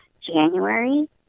January